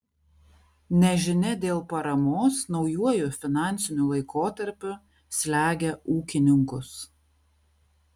nežinia dėl paramos naujuoju finansiniu laikotarpiu slegia ūkininkus